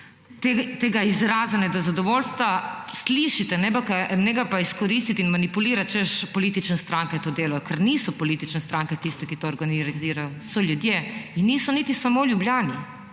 tega izražanja nezadovoljstva slišite, ne ga pa izkoristit in manipulirat, češ politične stranke to delajo, ker niso politične stranke tiste, ki to organizirajo, so ljudje. In niso niti samo v Ljubljani,